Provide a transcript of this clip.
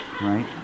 Right